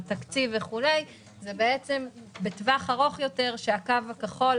התקציב וכולי היא בעצם בטווח ארוך יותר שהקו הכחול